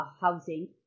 housing